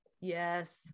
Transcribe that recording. Yes